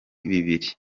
bibiri